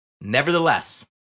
Nevertheless